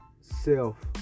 self